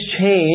change